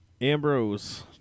Ambrose